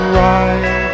right